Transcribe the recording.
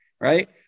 right